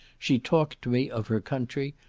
she talked to me of her country,